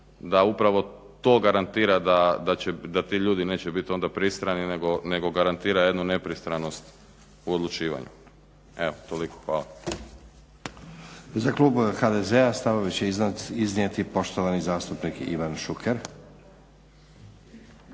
da upravo to garantira da ti ljudi neće biti onda pristrani nego garantira jednu nepristranost u odlučivanju. Evo toliko. Hvala. **Stazić, Nenad (SDP)** Za klubove HDZ-a stavove će iznijeti poštovani zastupnik Ivan Šuker.